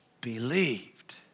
believed